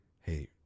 hey